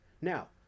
now